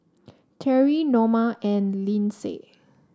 Terry Noma and Lindsey